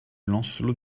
lancelot